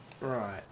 Right